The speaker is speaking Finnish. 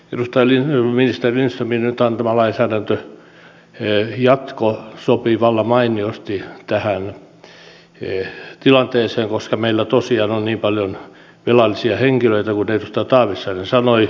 minusta tämä ministeri lindströmin nyt antama lainsäädäntöjatko sopii vallan mainiosti tähän tilanteeseen koska meillä tosiaan on niin paljon velallisia henkilöitä kuin edustaja taavitsainen sanoi